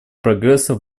прогресса